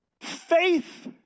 Faith